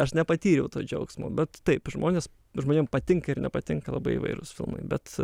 aš nepatyriau to džiaugsmo bet taip žmonės žmonėm patinka ir nepatinka labai įvairūs filmai bet